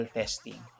testing